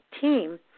Team